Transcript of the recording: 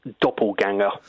doppelganger